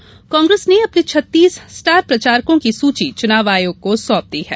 star प्रचारक Congress ने अपने छत्तीस स्टार प्रचारकों की सूची चुनाव आयोग को सौंप दी है